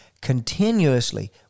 Continuously